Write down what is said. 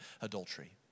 adultery